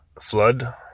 flood